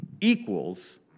equals